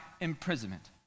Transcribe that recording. imprisonment